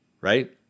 right